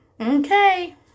Okay